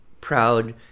proud